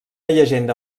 llegenda